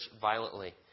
violently